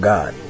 God